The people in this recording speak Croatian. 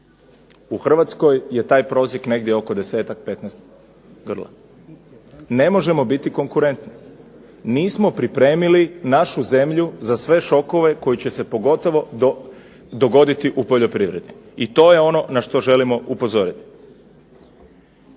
U Hrvatskoj je taj prosjek negdje oko 10-ak, 15 grla. Ne možemo biti konkurentni. Nismo pripremili našu zemlju za sve šokove koji će se pogotovo dogoditi u poljoprivredi. I to je ono na što želimo upozoriti.